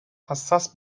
hassas